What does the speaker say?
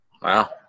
Wow